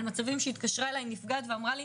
על מצבים שהתקשרה אלי נפגעת ואמרה לי: